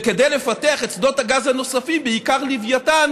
כדי לפתח את שדות הגז הנוספים, בעיקר לווייתן,